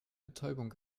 betäubung